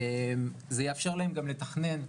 זה יאפשר להם גם לתכנן,